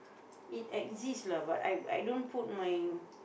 it exists lah but I I don't put my